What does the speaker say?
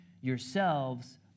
yourselves